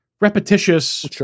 repetitious